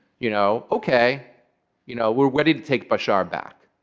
you know ok, you know we're ready to take bashar back.